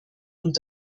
und